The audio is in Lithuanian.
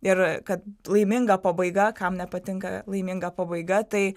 ir kad laiminga pabaiga kam nepatinka laiminga pabaiga tai